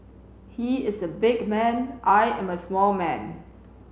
he is a big man I am a small man